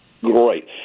Great